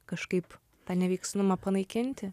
kažkaip tą neveiksnumą panaikinti